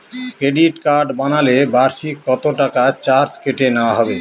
Credit card বানালে বার্ষিক কত টাকা চার্জ কেটে নেওয়া হবে?